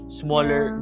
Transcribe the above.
smaller